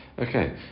Okay